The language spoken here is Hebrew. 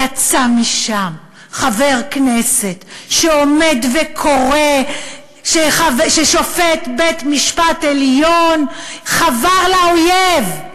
יצא משם חבר כנסת שעומד וקורא ששופט בית-משפט עליון חבר לאויב.